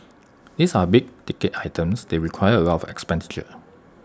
these are big ticket items they require A lot of expenditure